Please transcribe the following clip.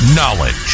Knowledge